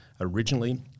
originally